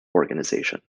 organization